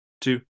two